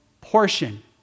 portion